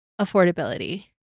affordability